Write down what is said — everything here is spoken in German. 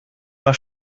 war